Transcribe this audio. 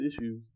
issues